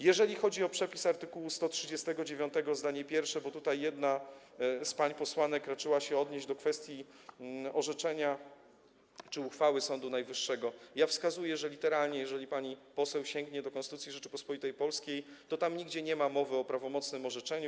Jeżeli chodzi o przepis art. 139 zdanie pierwsze, bo tutaj jedna z pań posłanek raczyła się odnieść do kwestii orzeczenia czy uchwały Sądu Najwyższego, to ja wskazuję, że literalnie, jeżeli pani poseł sięgnie do Konstytucji Rzeczypospolitej Polskiej, to tam nigdzie nie ma mowy o prawomocnym orzeczeniu.